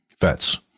vets